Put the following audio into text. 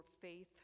faith